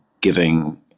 giving